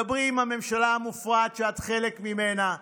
דברי עם הממשלה המופרעת שאת חלק ממנה,